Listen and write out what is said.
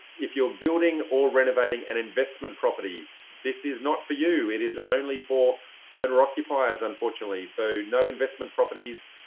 if you're building or renovating an investment property, this is not for you. it is only for owner occupiers unfortunately. so no investment properties,